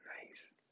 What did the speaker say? nice